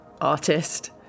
artist